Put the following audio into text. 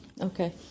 Okay